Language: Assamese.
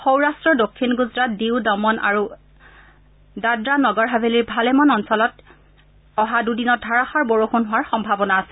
সৌৰাট্ট দক্ষিণ গুজৰাট ডিউ দমন আৰু ডাদ্ৰা নগৰ হাভেলিৰ ভালেমান অঞ্চলত অহা দুদিনত ধাৰাসাৰ বৰষুণ হোৱাৰ সম্ভাৱনা আছে